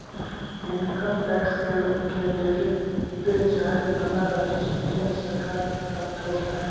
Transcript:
income tax के रूप में देवे जाए वाला राजस्व केंद्र सरकार के प्राप्त होव हई